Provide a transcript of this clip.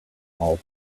all